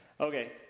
Okay